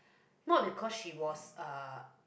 not because she was uh